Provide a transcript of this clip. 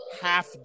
half